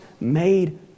made